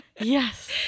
yes